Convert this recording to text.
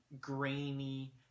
grainy